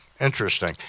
Interesting